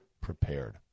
prepared